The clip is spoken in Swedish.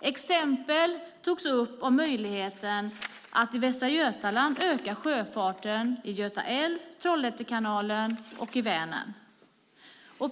Exempel togs upp om möjligheten att i Västra Götaland öka sjöfarten på Göta älv, Trollhätte kanal och Vänern.